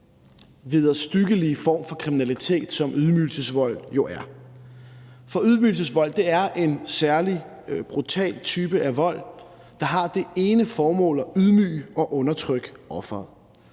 vederstyggelige form for kriminalitet, som ydmygelsesvold jo er. For ydmygelsesvold er en særlig brutal type af vold, der har det ene formål at ydmyge og undertrykke offeret.